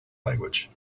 language